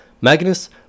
Magnus